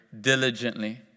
diligently